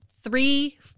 three